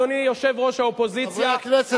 אדוני יושב-ראש האופוזיציה,